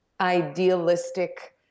idealistic